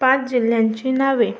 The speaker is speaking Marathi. पाच जिल्ह्यांची नावे